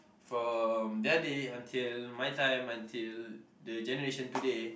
from that day until my time until the generation today